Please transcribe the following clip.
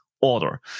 order